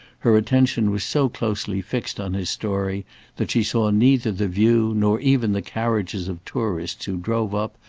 her attention was so closely fixed on his story that she saw neither the view nor even the carriages of tourists who drove up,